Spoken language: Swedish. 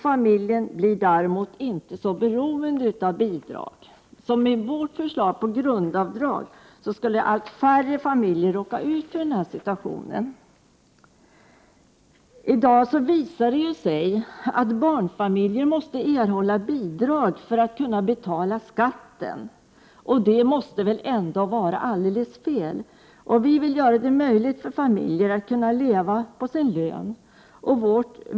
Familjen blir därmed inte så beroende av bidrag, så med vårt förslag om grundavdrag skulle allt färre familjer råka ut för den situationen. I dag visar det sig ju att barnfamiljer måste erhålla bidrag för att kunna betala skatten, och det måste väl ändå vara alldeles fel? Vi vill göra det möjligt för familjer att leva på sin lön.